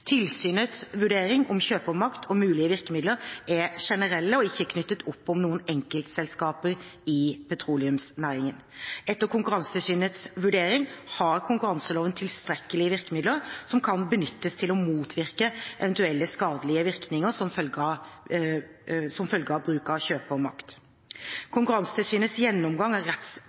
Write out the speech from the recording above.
og mulige virkemidler er generelle, og ikke knyttet opp mot noen enkeltselskaper i petroleumsnæringen. Etter Konkurransetilsynets vurdering har konkurranseloven tilstrekkelige virkemidler som kan benyttes til å motvirke eventuelle skadelige virkninger som følge av bruk av kjøpermakt. Konkurransetilsynets gjennomgang av